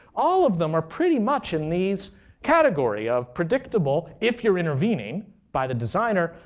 all of them are pretty much in these category of predictable, if you're intervening by the designer,